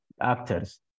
actors